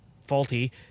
faulty